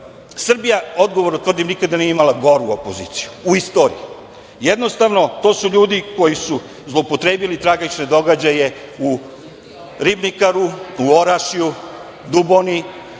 Srbija, odgovorno tvrdim nikada nije imala goru opoziciju u istoriji. Jednostavno, to su ljudi koji su zloupotrebili tragične događaje u „Ribnikaru“, u Orašju, Duboni,